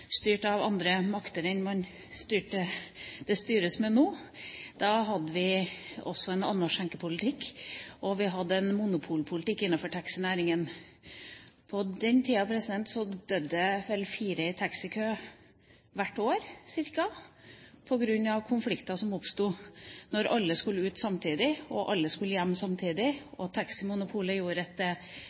styrt av andre makter enn det styres med nå. Da hadde vi også en annen skjenkepolitikk, og vi hadde en monopolpolitikk innenfor taxinæringa. På den tida døde det ca. fire i taxikø hvert år, på grunn av konflikter som oppsto når alle skulle ut samtidig, alle skulle hjem samtidig og taximonopolet gjorde